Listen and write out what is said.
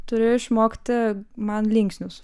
turi išmokti man linksnius